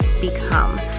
become